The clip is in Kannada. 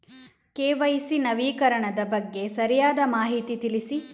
ಕೆ.ವೈ.ಸಿ ನವೀಕರಣದ ಬಗ್ಗೆ ಸರಿಯಾದ ಮಾಹಿತಿ ತಿಳಿಸಿ?